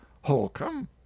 Holcomb